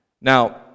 Now